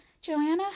Joanna